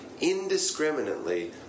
indiscriminately